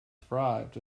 thrived